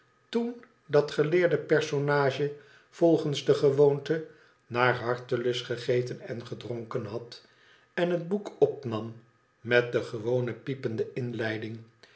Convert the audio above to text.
toen dat geleerde personage volgens gewoonte naar hartelust gegeten en gedronken had en het boek opnam met de gewone piepende inleiding